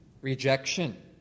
rejection